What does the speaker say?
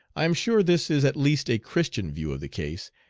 i am sure this is at least a christian view of the case,